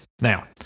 now